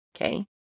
okay